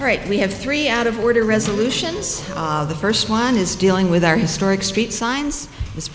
right we have three out of order resolutions the first one is dealing with our historic street signs